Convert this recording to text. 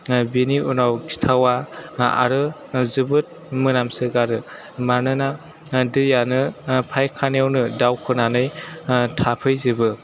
बेनि उनाव खिथावा आरो जोबोर मोनामसो गारो मानोना दैयानो फायखानायावनो दावखोनानै थाफैजोबो